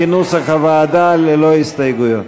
ללא הסתייגויות.